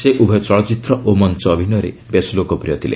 ସେ ଉଭୟ ଚଳଚ୍ଚିତ୍ର ଓ ମଞ୍ଚ ଅଭିନୟରେ ବେଶ୍ ଲୋକପ୍ରିୟ ଥିଲେ